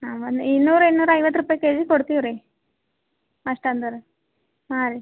ಆಮೇಲೆ ಇನ್ನೂರು ಇನ್ನೂರಐವತ್ತು ರೂಪಾಯಿ ಕೆಜಿಗೆ ಕೊಡ್ತಿವಿ ರೀ ಅಷ್ಟು ಅಂದರೆ ಹಾಂ ರೀ